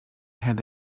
had